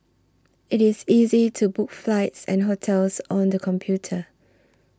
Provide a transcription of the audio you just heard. it is easy to book flights and hotels on the computer